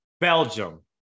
Belgium